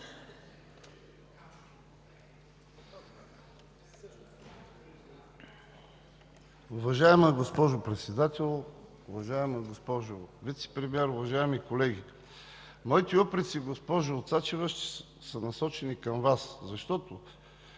Уважаема госпожо Председател, уважаема госпожо Вицепремиер, уважаеми колеги! Моите упреци, госпожо Цачева, са насочени към Вас, защото